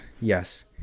Yes